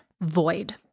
void